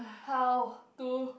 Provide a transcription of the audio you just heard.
how to